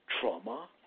trauma